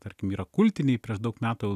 tarkim yra kultiniai prieš daug metų